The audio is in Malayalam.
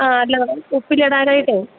ആ അല്ല ഉപ്പിലിടാനായിട്ട്